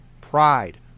pride